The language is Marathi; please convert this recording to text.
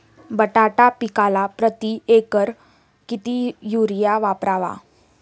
बटाटा पिकाला प्रती एकर किती युरिया वापरावा?